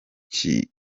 kibuga